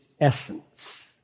essence